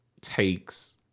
takes